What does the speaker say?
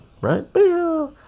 right